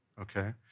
okay